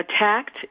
attacked